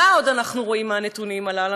מה עוד אנחנו רואים מהנתונים הללו?